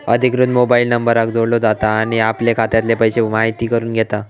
अधिकृत मोबाईल नंबराक जोडलो जाता आणि आपले खात्यातले पैशे म्हायती करून घेता